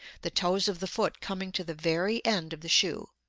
the toes of the foot coming to the very end of the shoe.